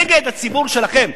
נגד הציבור שלכם?